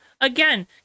again